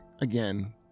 again